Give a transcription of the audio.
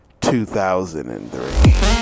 2003